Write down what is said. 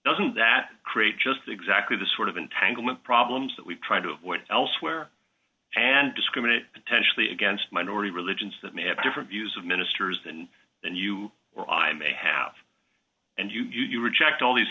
doesn't that create just exactly the sort of entanglement problems that we've tried to avoid elsewhere and discriminate potentially against minority religions that may have different views of ministers and that you or i may have and you you reject all these